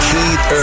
Keith